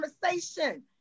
conversation